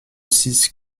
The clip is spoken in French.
six